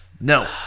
No